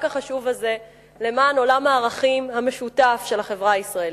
החשוב הזה למען עולם הערכים המשותף של החברה הישראלית.